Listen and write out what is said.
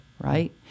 right